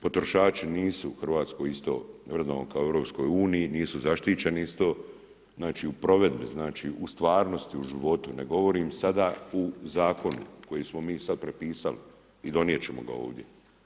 Potrošači nisu u Hrvatskoj isto vrednovani kao u EU, nisu zaštićeni nisu to u provedbi, znači u stvarnosti, u životu, ne govorim sada u zakonu, koji smo mi sada prepisali i donijeti ćemo ga ovdje.